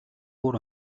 уур